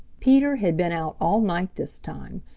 peter had been out all night this time,